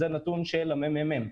וזה נתון של הממ"מ.